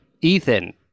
Ethan